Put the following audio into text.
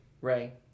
Ray